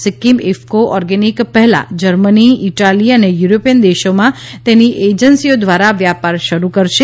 Sikkim IFFCO organic પહેલા Germany Italy અને European દેશોમાં તેની એજન્સી દ્વારા વ્યાપાર શરૂ કરશે